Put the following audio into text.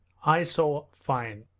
i saw. fine